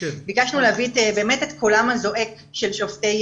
ביקשנו להביא באמת את קולם הזועק של שופטי